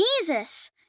Jesus